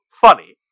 funny